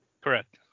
Correct